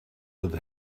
with